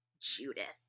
Judith